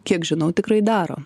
kiek žinau tikrai daro